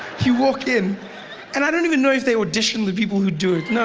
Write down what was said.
you walk in and i don't even know if they audition the people who do it. no,